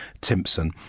Timpson